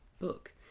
Book